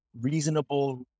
reasonable